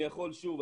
שוב,